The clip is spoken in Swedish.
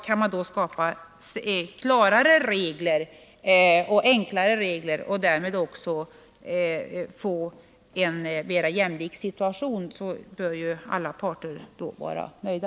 Kan man skapa klarare och enklare regler och därmed också få en mera jämlik situation bör ju alla parter vara nöjda.